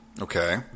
Okay